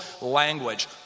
language